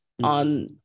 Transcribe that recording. on